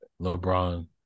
LeBron